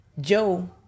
Joe